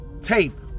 tape